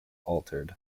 altered